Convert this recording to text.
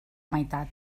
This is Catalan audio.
meitat